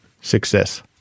success